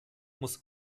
muss